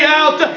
out